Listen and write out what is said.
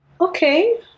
Okay